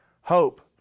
hope